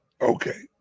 Okay